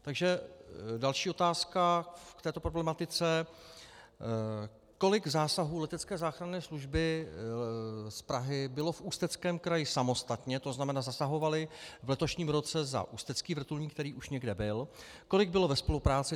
Takže další otázka k této problematice: Kolik zásahů letecké záchranné služby z Prahy bylo v Ústeckém kraji samostatně, to znamená zasahovali v letošním roce za ústecký vrtulník, který už někde byl, kolik bylo ve spolupráci?